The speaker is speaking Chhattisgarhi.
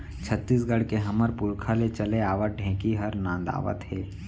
छत्तीसगढ़ के हमर पुरखा ले चले आवत ढेंकी हर नंदावत हे